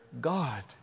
God